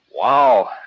Wow